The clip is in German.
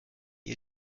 ihr